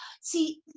See